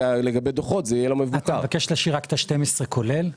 לגבי דוחות זה יהיה לו -- אתה מבקשת להשאיר רק את ה-12 מיליון כולל?